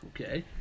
Okay